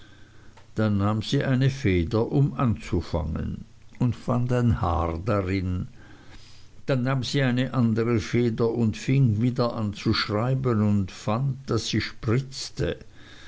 dann nahm sie eine feder um anzufangen und fand ein haar drin dann nahm sie eine andere feder und fing wieder an zu schreiben und fand daß sie spritzte